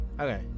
Okay